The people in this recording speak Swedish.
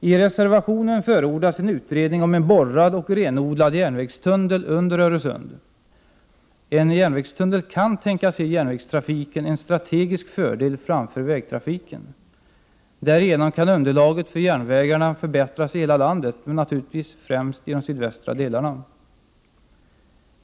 I reservationen förordas en utredning om en borrad och renodlad järnvägstunnel under Öresund. En järnvägstunnel kan tänkas ge järnvägstrafiken en strategisk fördel framför vägtrafiken. Därigenom kan underlaget för järnvägarna förbättras i hela landet, men naturligtvis främst i de sydvästra delarna.